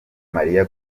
maria